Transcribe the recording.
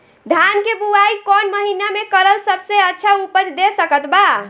धान के बुआई कौन महीना मे करल सबसे अच्छा उपज दे सकत बा?